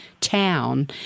town